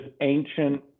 ancient